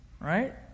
Right